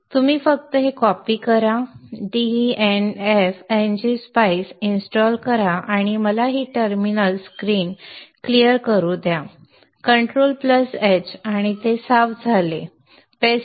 तुम्ही फक्त हे कॉपी करा dnf ngSpice इन्स्टॉल करा आणि मला ही टर्मिनल स्क्रीन क्लिअर करू द्या controlL आणि ते साफ झाले पेस्ट करा